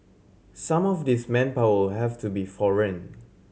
some of this manpower have to be foreign